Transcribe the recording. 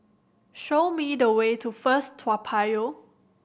show me the way to First Toa Payoh